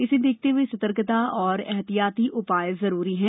इसे देखते हुए सतर्कता और एहतियाती उपाय जरूरी हैं